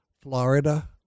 Florida